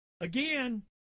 again